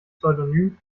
pseudonym